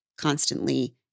constantly